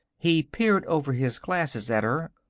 he peered over his glasses at her.